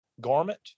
garment